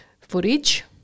footage